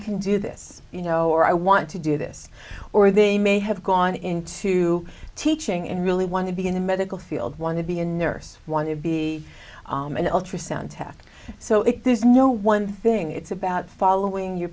can do this you know or i want to do this or they may have gone into teaching and really want to be in the medical field want to be a nurse want to be an ultrasound tac so if there's no one thing it's about following your